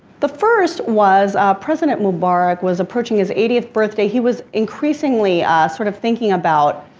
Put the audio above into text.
the first was president mubarak was approaching his eightieth birthday. he was increasingly sort of thinking about,